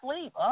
sleep